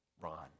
Ron